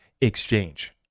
exchange